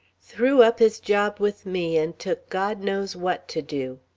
threw up his job with me, and took god knows what to do.